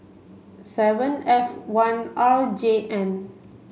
seven F one R J N